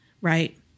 right